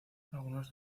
algunos